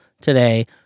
today